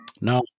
No